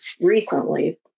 recently